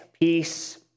peace